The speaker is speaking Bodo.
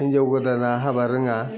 हिनजाव गोदाना हाबा रोङा